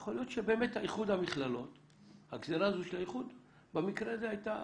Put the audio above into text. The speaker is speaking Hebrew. יכול להיות שהגזירה הזו של האיחוד במקרה הזה הייתה